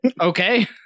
okay